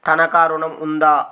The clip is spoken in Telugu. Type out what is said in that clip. తనఖా ఋణం ఉందా?